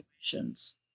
situations